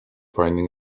finding